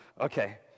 Okay